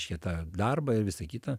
šitą darbą ir visa kita